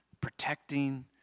protecting